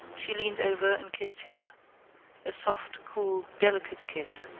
she leaned over and kissed him a soft, cool, delicate kiss,